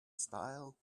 style